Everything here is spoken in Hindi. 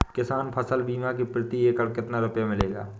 किसान फसल बीमा से प्रति एकड़ कितना रुपया मिलेगा?